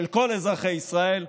של כל אזרחי ישראל.